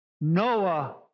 Noah